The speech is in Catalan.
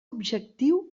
objectiu